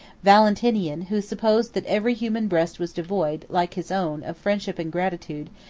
valentinian, who supposed that every human breast was devoid, like his own, of friendship and gratitude,